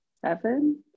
seven